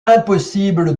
impossible